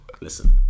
listen